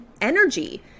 energy